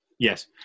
yes